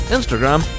Instagram